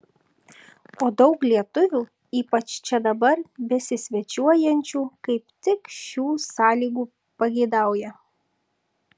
o daug lietuvių ypač čia dabar besisvečiuojančių kaip tik šių sąlygų pageidauja